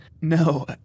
No